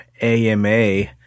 AMA